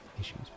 issues